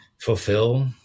fulfill